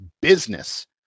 business